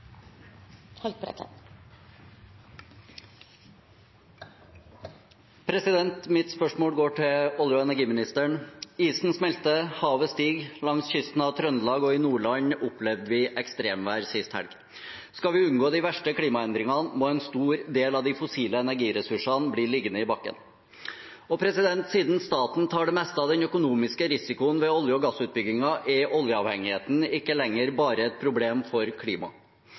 energiministeren. Isen smelter, havet stiger, og langs kysten av Trøndelag og i Nordland opplevde vi ekstremvær sist helg. Skal vi unngå de verste klimaendringene, må en stor del av de fossile energiressursene bli liggende i bakken. Siden staten tar det meste av den økonomiske risikoen ved olje- og gassutbyggingen, er oljeavhengigheten ikke lenger bare et problem for klimaet.